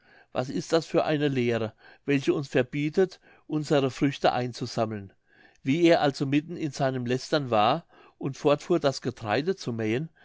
was ist das für eine lehre welche uns verbietet unsere früchte einzusammeln wie er also mitten in seinem lästern war und fortfuhr das getreide zu mähen